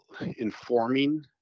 informing